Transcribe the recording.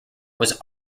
was